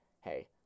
hey